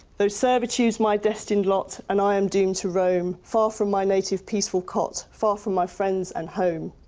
though servitude's my destined lot, and i am doomed to roam far from my native peaceful cot, far from my friends and home.